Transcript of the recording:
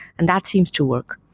and that seems to work.